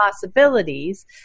possibilities